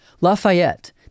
Lafayette